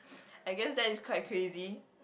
I guess that is quite crazy